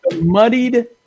muddied